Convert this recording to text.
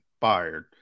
fired